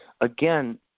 again